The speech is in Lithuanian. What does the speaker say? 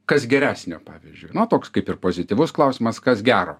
kas geresnio pavyzdžiui toks kaip ir pozityvus klausimas kas gero